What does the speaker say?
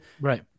right